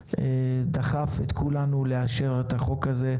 דחף את כולנו לאשר את החוקה הזה.